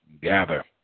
gather